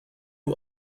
who